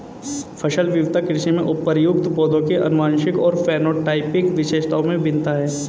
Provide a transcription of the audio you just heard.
फसल विविधता कृषि में प्रयुक्त पौधों की आनुवंशिक और फेनोटाइपिक विशेषताओं में भिन्नता है